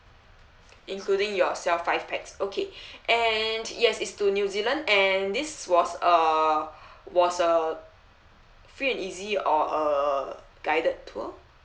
including yourself five pax okay and yes is to new zealand and this was uh was a free and easy or a guided tour